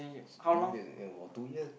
maybe that's in about two years